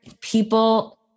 people